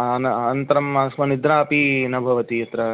आन अनन्तरम् अस्मन्निद्रा अपि न भवति अत्र